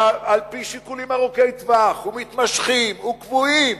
על-פי שיקולים ארוכי טווח ומתמשכים וקבועים